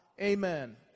Amen